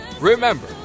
remember